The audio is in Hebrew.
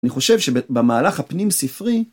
אני חושב שבמהלך הפנים ספרי